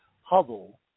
Hubble